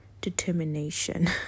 determination